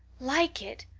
like it!